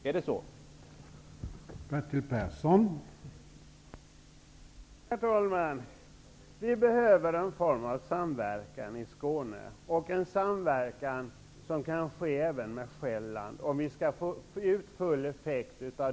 Är det inte så?